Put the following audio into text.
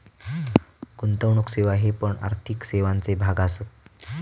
गुंतवणुक सेवा हे पण आर्थिक सेवांचे भाग असत